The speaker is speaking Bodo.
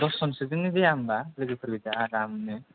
दसजनसोजोंनो जाया होमबा लोगोफोर गोजा आरामनो